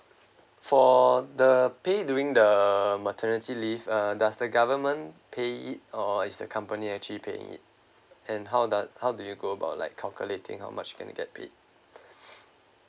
for the paid during the maternity leave uh does the government pay it or is the company actually paying it and how does how do you go about like calculating how much can get paid